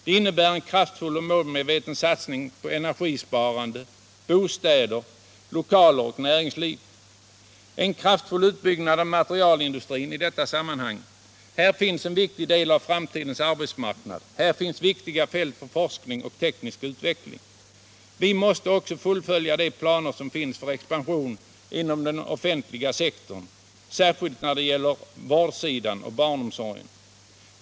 Det innebär en kraftfull och målmedveten satsning på energisparande i bostäder, lokaler och näringsliv. En kraftfull utbyggnad av materialindustrin ingår i detta sammanhang. Här finns en viktig del av framtidens arbetsmarknad och här finns viktiga fält för forskning och teknisk utveckling. Vi måste också fullfölja de planer som finns för expansion inom den offentliga sektorn, särskilt när det gäller vårdsidan och barnomsorgen.